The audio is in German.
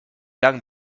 lange